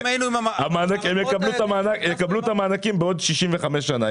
יקבלו את המענקים בעוד 65 שנים,